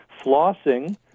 Flossing